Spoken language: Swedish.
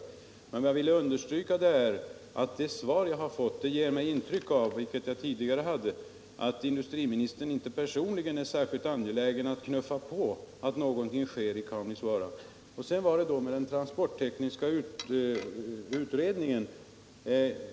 Vad jag emellertid ville understryka var att det svar jag fått ger mig intrycket, vilket jag även hade tidigare, att industriministern inte personligen är särskilt angelägen att knuffa på så att någonting sker i Kaunisvaara. Sedan återkommer jag till min fråga angående den transporttekniska utredningen.